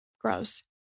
Gross